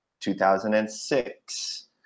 2006